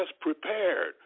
prepared